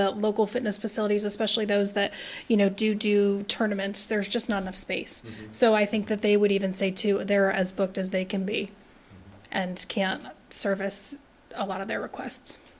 the local fitness facilities especially those that you know do do tournaments there's just not enough space so i think that they would even say to their as booked as they can me and can service a lot of their request